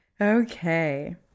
Okay